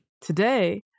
Today